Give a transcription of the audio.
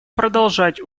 продолжать